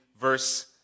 verse